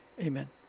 Amen